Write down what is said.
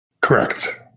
Correct